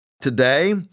Today